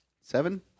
seven